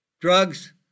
Drugs